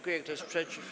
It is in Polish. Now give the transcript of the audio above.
Kto jest przeciw?